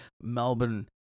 Melbourne